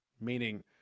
Meaning